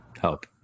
help